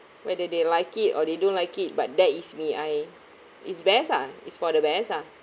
whether they like it or they don't like it but that is me I is best ah is for the best ah